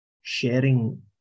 sharing